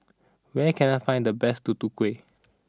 where can I find the best Tutu Kueh